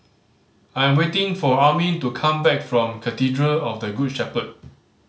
I am waiting for Armin to come back from Cathedral of the Good Shepherd